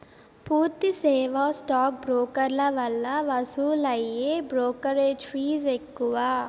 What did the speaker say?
పూర్తి సేవా స్టాక్ బ్రోకర్ల వల్ల వసూలయ్యే బ్రోకెరేజ్ ఫీజ్ ఎక్కువ